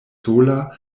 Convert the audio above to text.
sola